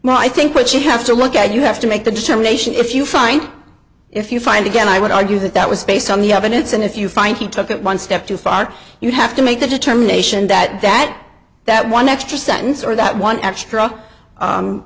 more i think what you have to look at you have to make the determination if you find if you find again i would argue that that was based on the evidence and if you find he took it one step too far you have to make the determination that that that one extra sentence or that one extra